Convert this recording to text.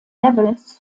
levels